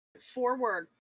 Forward